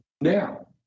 Now